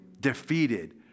defeated